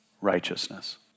righteousness